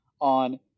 on